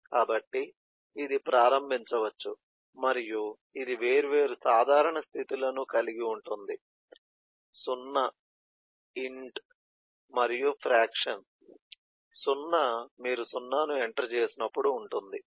కాబట్టి ఇది ప్రారంభించవచ్చు మరియు ఇది వేర్వేరు సాధారణ స్థితులను కలిగి ఉంటుంది 0 ఇంట్ మరియు ఫ్రాక్షన్ 0 మీరు 0 ను ఎంటర్ చేసినప్పుడు ఉంటుంది